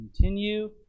Continue